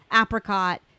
apricot